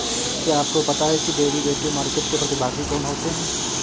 क्या आपको पता है कि डेरिवेटिव मार्केट के प्रतिभागी कौन होते हैं?